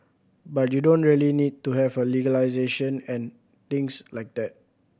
but you don't really need to have a legislation and things like that